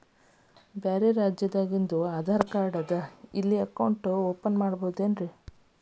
ಬ್ಯಾರೆ ರಾಜ್ಯಾದಾಗಿಂದು ಆಧಾರ್ ಕಾರ್ಡ್ ಅದಾ ಇಲ್ಲಿ ಅಕೌಂಟ್ ಓಪನ್ ಮಾಡಬೋದೇನ್ರಿ?